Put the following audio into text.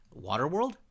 Waterworld